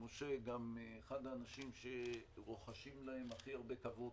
גם אחד האנשים שרוחשים להם הכי הרבה כבוד